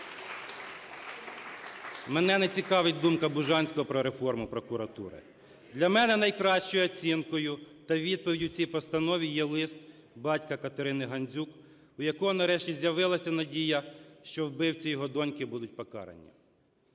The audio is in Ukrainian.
Мене не цікавить думка Бужанського про реформу прокуратури. Для мене найкращою оцінкою та відповіддю цій постанові є лист батька Катерини Гандзюк, у якого нарешті з'явилася надія, що вбивці його доньки будуть покарані.